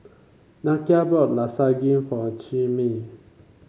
Nakia bought Lasagne for Chimere